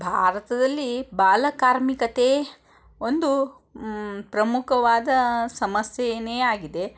ಭಾರತದಲ್ಲಿ ಬಾಲಕಾರ್ಮಿಕತೆ ಒಂದು ಪ್ರಮುಖವಾದ ಸಮಸ್ಯೆಯೇ ಆಗಿದೆ